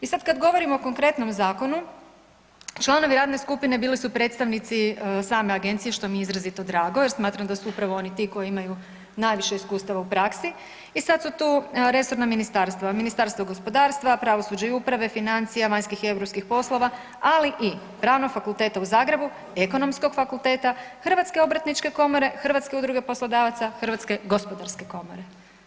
I sad kad govorimo o konkretnom zakonu članovi radne skupine bili su predstavnici same agencije što mi je izrazito drago jer smatram da su oni upravo ti koji imaju najviše iskustava u praksi i sad su tu resorna ministarstva, Ministarstvo gospodarstva, pravosuđa i uprave, financija, vanjskih i europskih poslova, ali i Pravnog fakulteta u Zagrebu, Ekonomskog fakulteta, Hrvatske obrtničke komore, Hrvatske udruge poslodavaca, Hrvatske gospodarske komore.